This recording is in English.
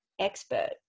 expert